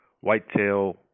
whitetail